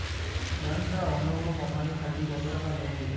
Bank ছাড়া অন্য কোনো কোম্পানি থাকি কত টাকা লোন দিবে?